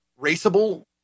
raceable